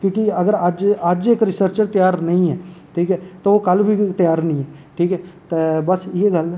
की के अज्ज अगर इक रिसर्चर त्यार नेईं ऐ ठीक ऐ ते ओह् कल्ल बी त्यार निं ऐ ठीक ऐ ते बस इ'यै गल्ल ऐ